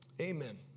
amen